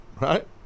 Right